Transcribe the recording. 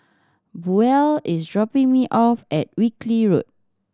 Buel is dropping me off at Wilkie Road